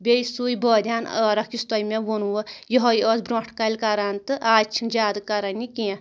بیٚیہِ سُے بٲدِیانہٕ عٲرق یُس تۄہہِ مےٚ ووٚنوٕ یِہوے ٲسۍ برٛونٛٹھ کالہِ کران تہٕ آز چھِنہٕ زیٛادٕ کران یہِ کیٚنٛہہ